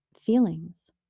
feelings